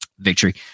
victory